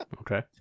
okay